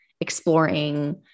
exploring